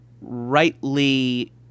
rightly